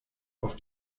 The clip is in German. auf